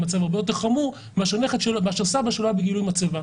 למצב הרבה יותר חמור מאשר סבא שלא היה בגילוי מצבה,